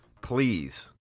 please